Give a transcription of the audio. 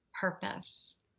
purpose